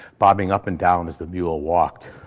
bobbing up and down as the mule walked.